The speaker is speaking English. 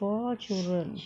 four children